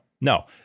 no